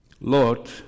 Lord